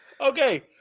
Okay